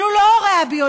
אבל הוא לא ההורה הביולוגי,